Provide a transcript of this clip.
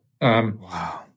Wow